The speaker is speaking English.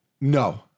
No